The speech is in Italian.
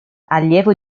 allievo